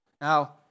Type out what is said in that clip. Now